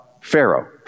Pharaoh